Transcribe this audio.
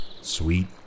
sweet